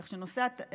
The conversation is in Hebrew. כך שנושא המחירים,